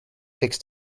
fix